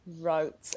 wrote